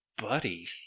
Buddy